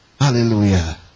hallelujah